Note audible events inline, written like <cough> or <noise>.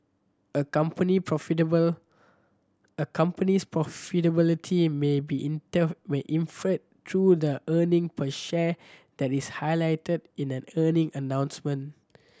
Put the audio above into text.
a company profitable a company's profitability may be <unintelligible> inferred through the earning per share that is highlighted in an earning announcement